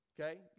okay